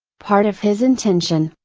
part of his intention,